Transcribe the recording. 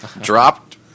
dropped